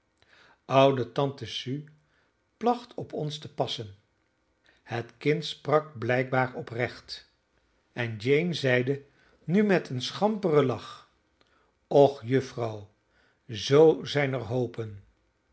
oude tante sue placht op ons te passen het kind sprak blijkbaar oprecht en jane zeide nu met een schamperen lach och juffrouw zoo zijn er hoopen